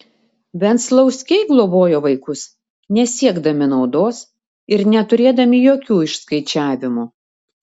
venclauskiai globojo vaikus nesiekdami naudos ir neturėdami jokių išskaičiavimų